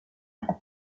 tour